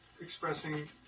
expressing